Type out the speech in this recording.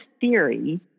theory